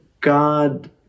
God